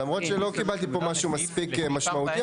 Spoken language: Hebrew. למרות שלא קיבלתי פה משהו מספיק משמעותי,